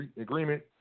agreement